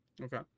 Okay